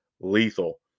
Lethal